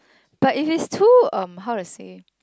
but if it's too um how to say